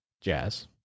jazz